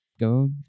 Go